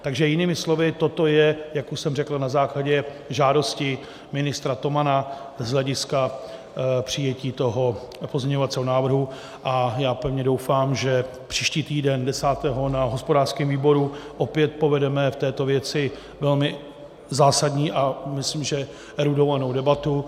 Takže jinými slovy, toto je, jak už jsem řekl, na základě žádosti ministra Tomana z hlediska přijetí pozměňovacího návrhu a já pevně doufám, že příští týden 10. 6. na hospodářském výboru opět povedeme v této věci velmi zásadní a myslím, že erudovanou debatu.